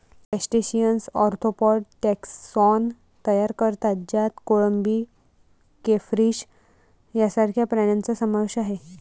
crustaceans arthropod taxon तयार करतात ज्यात कोळंबी, क्रेफिश सारख्या प्राण्यांचा समावेश आहे